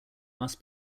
must